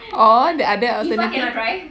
or the other alternative